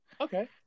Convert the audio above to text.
Okay